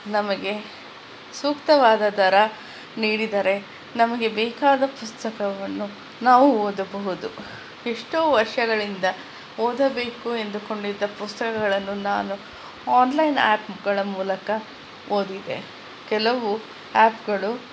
ನಮಗೆ ಸೂಕ್ತವಾದ ದರ ನೀಡಿದರೆ ನಮಗೆ ಬೇಕಾದ ಪುಸ್ತಕವನ್ನು ನಾವು ಓದಬಹುದು ಎಷ್ಟೋ ವರ್ಷಗಳಿಂದ ಓದಬೇಕು ಎಂದುಕೊಂಡಿದ್ದ ಪುಸ್ತಕಗಳನ್ನು ನಾನು ಆನ್ಲೈನ್ ಆ್ಯಪ್ಗಳ ಮೂಲಕ ಓದಿದೆ ಕೆಲವು ಆ್ಯಪ್ಗಳು